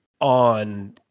on